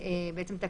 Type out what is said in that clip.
לעשות דיון חוזר.